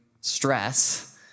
stress